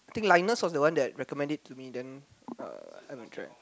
I think Lynas was the one that recommend it to me then uh I haven't tried